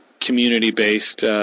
community-based